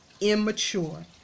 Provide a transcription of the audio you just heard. immature